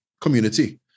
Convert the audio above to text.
community